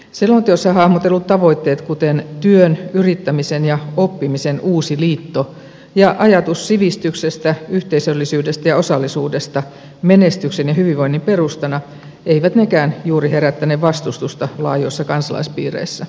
selonteossa hahmotellut tavoitteet kuten työn yrittämisen ja oppimisen uusi liitto ja ajatus sivistyksestä yhteisöllisyydestä ja osallisuudesta menestyksen ja hyvinvoinnin perustana eivät nekään juuri herättäne vastustusta laajoissa kansalaispiireissä